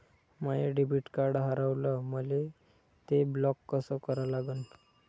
माय debit card हारवलं, मले ते ब्लॉक कस करा लागन?